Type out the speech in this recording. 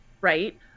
right